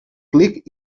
clic